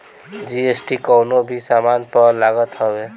GST कवनो भी सामान पअ लागत हवे